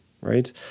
Right